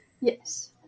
Yes